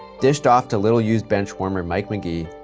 dished off to little-used benchwarmer mike mcgee,